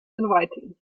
inviting